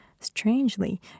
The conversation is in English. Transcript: Strangely